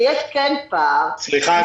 שיש כן פער --- סליחה,